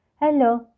Hello